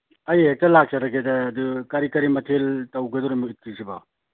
ꯑꯩ ꯍꯦꯛꯇ ꯂꯥꯛꯆꯔꯒꯦꯗ ꯑꯗꯨ ꯀꯔꯤ ꯀꯔꯤ ꯃꯊꯦꯜ ꯇꯧꯒꯗꯧꯔꯤꯅꯣ ꯏꯗꯀꯤꯁꯤꯕꯣ